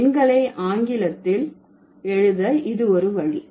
எண்களை ஆங்கிலத்தில் எழுத இது ஒரு வழி